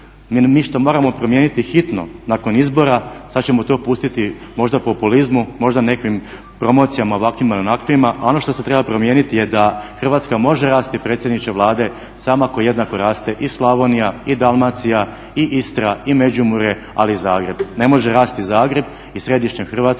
Mi što moramo promijeniti hitno nakon izbora sad ćemo to pustiti možda populizmu, možda nekvim promocijama ovakvima ili onakvima. A ono što se treba promijeniti je da Hrvatska može rasti predsjedniče Vlade samo ako jednako raste i Slavonija i Dalmacija i Istra i Međimurje, ali i Zagreb. Ne može rasti Zagreb i središnja Hrvatska